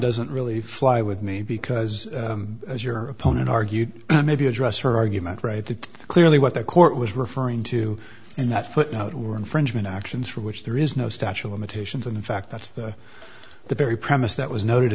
doesn't really fly with me because as your opponent argued maybe address her argument right that clearly what the court was referring to in that footnote were infringement actions for which there is no statute of limitations and in fact that's the the very premise that was noted